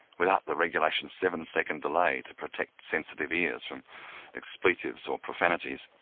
without the regulation seven-second delay to protect sensitive ears from expletives or profanities.